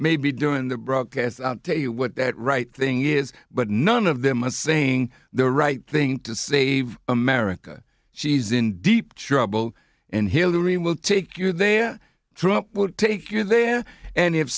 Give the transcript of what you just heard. maybe doing the broadcast tell you what that right thing is but none of them are saying the right thing to save america she's in deep trouble and hillary will take your their truth will take you there and if